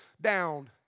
down